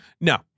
No